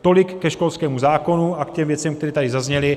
Tolik ke školskému zákonu a k těm věcem, které tady zazněly.